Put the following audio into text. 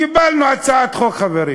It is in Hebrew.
קיבלנו הצעת חוק, חברים.